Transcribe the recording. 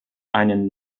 einen